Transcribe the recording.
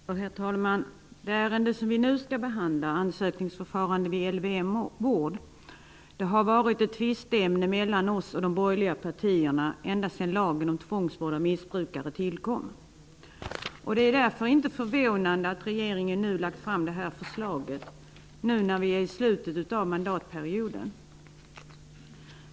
Herr talman! Det ärende som vi nu skall behandla, om ansökningsförfarandet vid LVM-vård, har varit ett tvisteämne mellan oss och de borgerliga partierna ända sedan lagen om tvångsvård av missbrukare tillkom. Det är därför inte förvånande att regeringen nu har lagt fram det här förslaget, nu när vi är i slutet av mandatperioden.